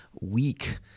weak